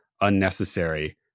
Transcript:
unnecessary